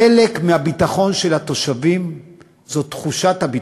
חלק מהביטחון של התושבים הוא תחושת הביטחון,